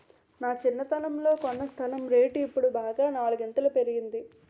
నా చిన్నతనంలో కొన్న స్థలం రేటు ఇప్పుడు బాగా నాలుగింతలు పెరిగింది